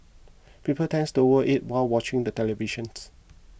people tend to overeat while watching the televisions